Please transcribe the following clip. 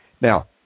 Now